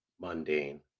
mundane